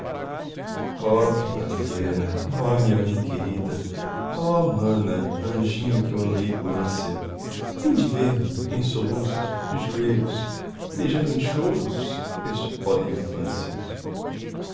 oh primavera oh minha mãe querida oh mana anjinho que eu amei com ânsia vinde ver-me em soluços de joelhos beijando em choros este pó da infância